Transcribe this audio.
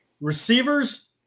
receivers